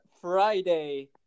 friday